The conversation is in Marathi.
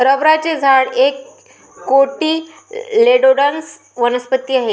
रबराचे झाड एक कोटिलेडोनस वनस्पती आहे